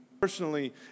Personally